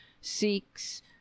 seeks